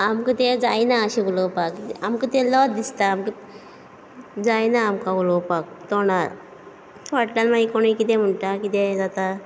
आमक तें जायना अशें उलोवपाक आमकां तें लज दिसता आमकां जायना आमकां उलोवपाक तोंडार फाटल्यान मागीर कोणूय कितें म्हणटा कितेंय जाता